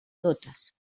totes